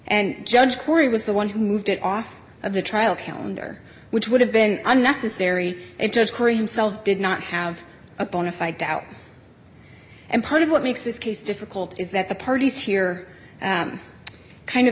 and judge corey was the one who moved it off of the trial calendar which would have been unnecessary it took her himself did not have a bonafide doubt and part of what makes this case difficult is that the parties here kind of